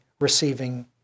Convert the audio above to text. receiving